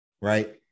Right